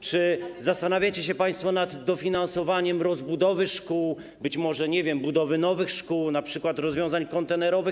Czy zastanawiacie się państwo nad dofinansowaniem rozbudowy szkół, być może, nie wiem, budowy nowych szkół, np. rozwiązań kontenerowych?